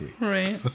Right